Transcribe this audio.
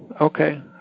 okay